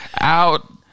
Out